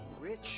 rich